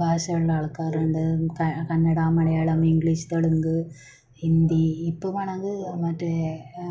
ഭാഷ ഉള്ള ആൾക്കാർ ഉണ്ട് ത കന്നട മലയാളം ഇംഗ്ലീഷ് തെലുങ്ക് ഹിന്ദി ഇപ്പോൾ വേണമെങ്കിൽ മറ്റേ ആ